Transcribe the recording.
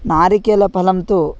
नारिकेलफलं तु